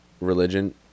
religion